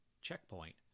checkpoint